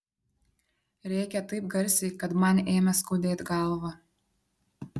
rėkė taip garsiai kad man ėmė skaudėt galvą